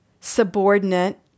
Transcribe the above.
subordinate